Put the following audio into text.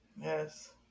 Yes